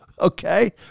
okay